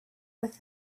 with